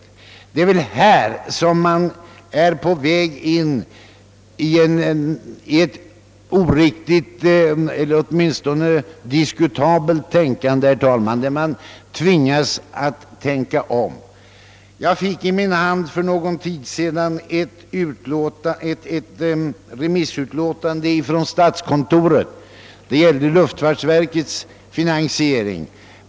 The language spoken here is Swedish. I detta avseende undrar jag om vi inte är på väg in i ett orik: tigt eller åtminstone diskutabelt tänkande, och jag tror att vi härvidlag tvingas att tänka om. Jag fick i min hand för en tid sedan ett remissyttrande från statskontoret angående luftfartsverkets finansiering.